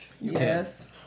Yes